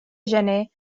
gener